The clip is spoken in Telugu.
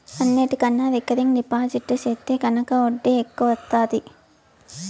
అన్నిటికన్నా రికరింగ్ డిపాజిట్టు సెత్తే గనక ఒడ్డీ ఎక్కవొస్తాది